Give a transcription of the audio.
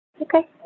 Okay